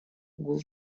гул